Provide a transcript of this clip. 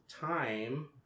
time